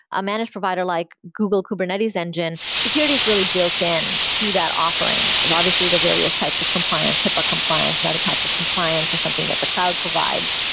a managed provider, like google kubernetes engine, security has really built-in to that offering. obviously, the various types of compliance, hipaa compliance and other types of compliance or something that the cloud provides,